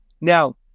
now